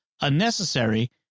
unnecessary